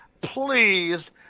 please